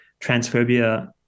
transphobia